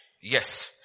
Yes